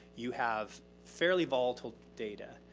you have fairly volatile data.